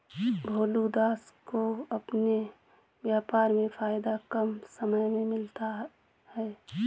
भोलू दास को अपने व्यापार में फायदा कम समय में मिलता है